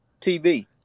TV